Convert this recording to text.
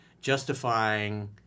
justifying